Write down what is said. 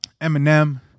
eminem